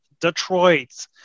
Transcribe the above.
Detroit